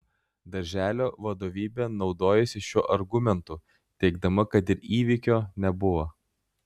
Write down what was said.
darželio vadovybė naudojosi šiuo argumentu teigdama kad ir įvykio nebuvo